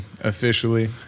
officially